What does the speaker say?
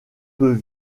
peut